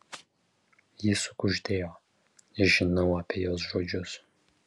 ji sukuždėjo žinau apie jos žodžius